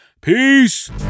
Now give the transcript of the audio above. Peace